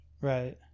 Right